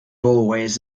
always